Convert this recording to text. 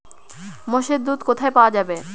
মোষের দুধ কোথায় পাওয়া যাবে?